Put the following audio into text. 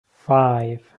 five